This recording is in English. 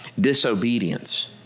Disobedience